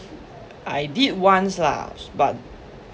I did once lah but